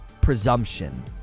presumption